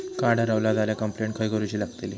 Card हरवला झाल्या complaint खय करूची लागतली?